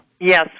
Yes